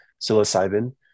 psilocybin